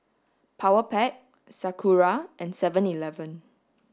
Powerpac Sakura and seven eleven